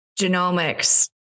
genomics